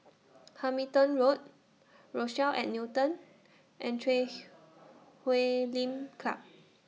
Hamilton Road Rochelle At Newton and Chui Huay Lim Club